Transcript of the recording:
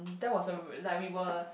that was a like we were